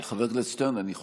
חבר הכנסת שטרן, אני חושב,